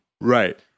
Right